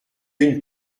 une